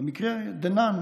ובמקרה דנן,